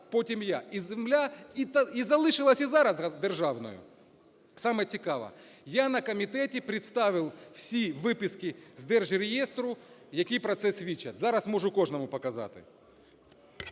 потім я, і земля і залишилася зараз державною, саме цікаво. Я на комітеті представив всі виписки з держреєстру, які про це свідчать, зараз можу кожному показати.